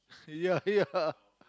yeah yeah